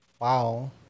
Wow